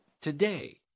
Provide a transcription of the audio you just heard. today